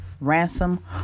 ransom